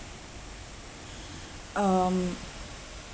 um